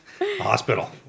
hospital